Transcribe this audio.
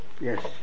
Yes